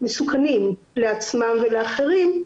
מסוכנים לעצמם ולאחרים,